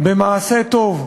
במעשה טוב,